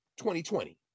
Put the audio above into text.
2020